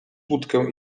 łódkę